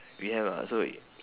we have ah so it